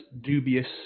dubious